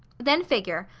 then figure,